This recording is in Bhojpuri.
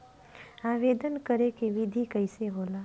आवेदन करे के विधि कइसे होला?